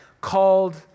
called